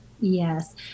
Yes